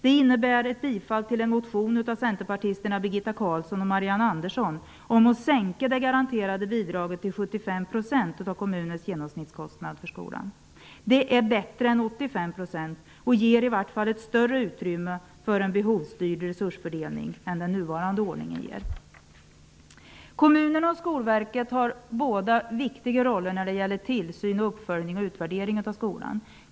Det innebär att vi yrkar bifall till en motion av centerpartisterna Birgitta Carlsson och Marianne Andersson, i vilken man föreslår en sänkning av det garanterade bidraget till 75 % av kommunens genomsnittskostnad för skolan. Det är bättre än 85 % och ger i vart fall ett större utrymme för en behovsstyrd resursfördelning än den nuvarande ordningen. Kommunerna och Skolverket har båda viktiga roller när det gäller tillsyn, uppföljning och utvärdering av skolan.